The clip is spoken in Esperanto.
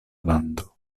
lando